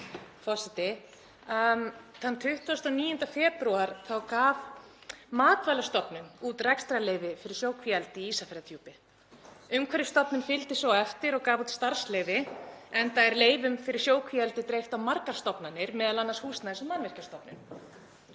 Forseti. Þann 29. febrúar gaf Matvælastofnun út rekstrarleyfi fyrir sjókvíaeldi í Ísafjarðardjúpi. Umhverfisstofnun fylgdi svo á eftir og gaf út starfsleyfi, enda er leyfum fyrir sjókvíaeldi dreift á margar stofnanir, m.a. Húsnæðis- og mannvirkjastofnun.